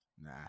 Nah